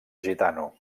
gitano